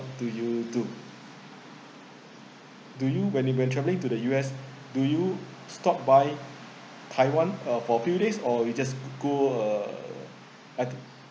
what do you do do you when you when travelling to the U_S do you stop by taiwan uh for few days or you just go uh at